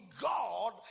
God